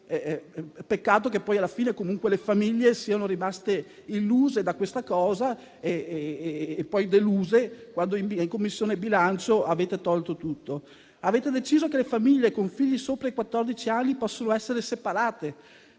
Peccato che poi alla fine le famiglie siano rimaste illuse da questa cosa e poi deluse, quando in Commissione bilancio avete tolto tutto. Avete deciso che le famiglie con figli sopra i quattordici anni possono essere separate,